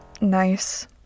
nice